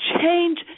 change